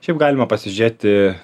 šiaip galima pasižiūrėti